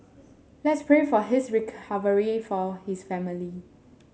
let's pray for his recovery it for his family